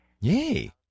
Yay